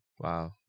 Wow